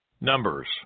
Numbers